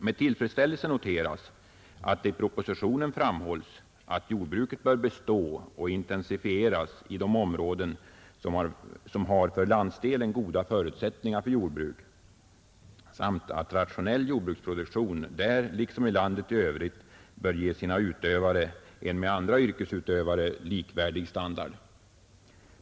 Med tillfredsställelse noteras att det i propositionen framhålls att jordbruket bör bestå och intensifieras i de områden som har för landsdelen goda förutsättningar för jordbruk samt att rationell jordbruksproduktion där liksom i landet i övrigt bör ge sina utövare en med andra yrkesutövare likvärdig standard.